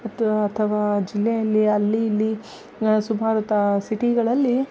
ಮತ್ತು ಅಥವಾ ಜಿಲ್ಲೆಯಲ್ಲಿ ಅಲ್ಲಿ ಇಲ್ಲಿ ಸುಮಾರು ತಾ ಸಿಟಿಗಳಲ್ಲಿ